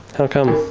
how come?